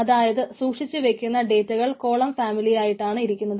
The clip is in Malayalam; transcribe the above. അതായത് സൂക്ഷിച്ചു വക്കുന്ന ഡേറ്റകൾ കോളം ഫാമിലിയായിട്ടാണ് ഇരിക്കുക